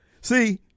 See